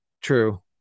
True